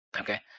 okay